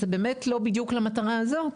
זה באמת לא בדיוק למטרה הזאת,